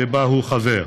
במפלגה שבה הוא חבר.